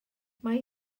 mae